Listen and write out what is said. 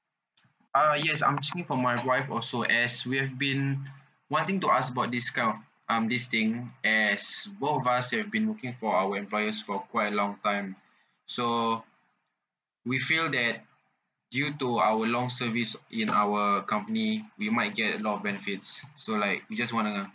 uh yes I'm checking for my wife also as we've been wanting to ask about this kind of um this thing as both of us have been working for our employers for quite a long time so we feel that due to our long service in our company we might get a lot of benefits so like we just want to